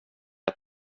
att